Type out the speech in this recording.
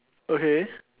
okay